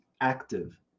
active